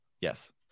Yes